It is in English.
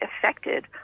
affected